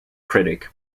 critic